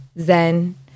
Zen